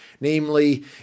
Namely